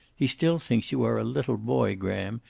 he still thinks you are a little boy, graham,